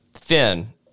Finn